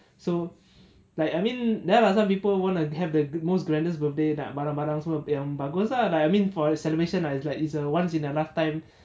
so like I mean ya lah there are some people want to have the most grandest birthday nak barang-barang semua yang bagus ah like I mean for a celebration lah it's like it's a once in a lifetime